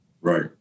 Right